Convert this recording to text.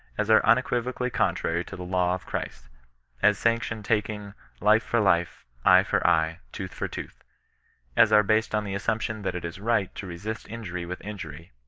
as are un equivocally contrary to the law of christ as sanction taking life for life, eye for eye, tooth for tooth as are based on the assumption, that it is right to resist injury with injury,